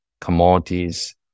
commodities